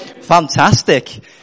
Fantastic